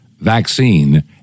vaccine